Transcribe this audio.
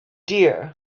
dear